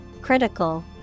critical